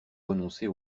renoncer